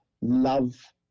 love